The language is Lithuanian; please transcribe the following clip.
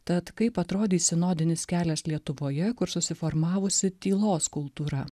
tad kaip atrodys sinodinis kelias lietuvoje kur susiformavusi tylos kultūra